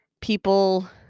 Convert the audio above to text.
people